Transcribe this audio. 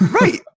right